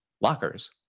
Lockers